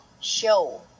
Show